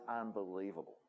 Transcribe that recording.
unbelievable